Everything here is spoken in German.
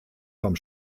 vom